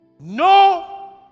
No